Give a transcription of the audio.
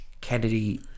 Kennedy